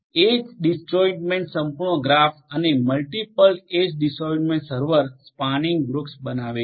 એજ disjoint સંપૂર્ણ graph અને multiple edge disjoint server spanning tree બનાવે છે